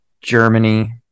Germany